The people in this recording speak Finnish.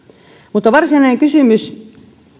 mutta varsinainen kysymys